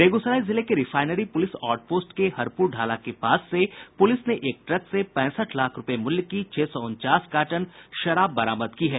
बेगूसराय जिले के refinery police outpost के हरपुर ढ़ाला के पास से पुलिस ने एक ट्रक से पैंसठ लाख रूपये मूल्य की छह सौ उनचास कार्टन शराब बरामद की है